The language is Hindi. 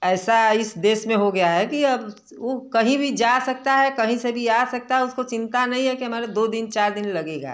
ऐसा इस देश में हो गया है कि अब वो कहीं भी जा सकता है कहीं से भी आ सकता है उसको चिंता नहीं है कि हमारा दो दिन चार दिन लगेगा